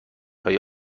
های